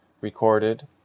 Recorded